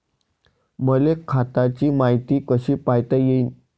मले खात्याची मायती कशी पायता येईन?